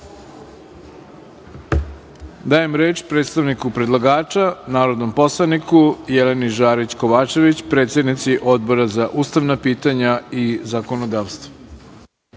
reč predstavniku predlagača, narodnom poslaniku Jeleni Žarić Kovačević, predsednici Odbora za ustavna pitanja i zakonodavstvo.